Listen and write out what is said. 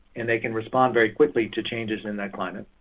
and they can respond very quickly to changes in in that climate.